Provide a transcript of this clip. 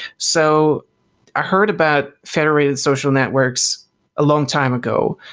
so i heard about federated social networks a long time ago,